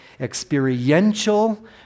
experiential